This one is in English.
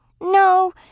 No